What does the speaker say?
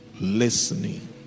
Listening